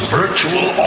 virtual